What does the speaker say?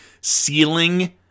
ceiling